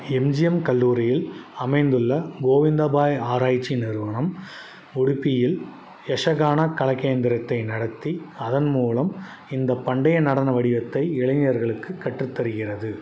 MGM கல்லூரியில் அமைந்துள்ள கோவிந்தா பாய் ஆராய்ச்சி நிறுவனம் உடுப்பியில் யக்ஷகான கலகேந்திரத்தை நடத்தி அதன் மூலம் இந்தப் பண்டைய நடன வடிவத்தை இளைஞர்களுக்கு கற்றுத்தருகின்றது